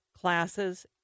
classes